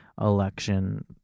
election